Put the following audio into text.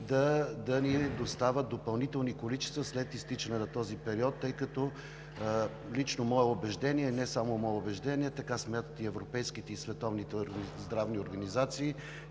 да ни доставят допълнителни количества след изтичане на този период, тъй като, по лично мое убеждение, и не само мое – така смятат и европейските, и световните здравни организации,